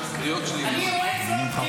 הקריאות שלי נמחקות?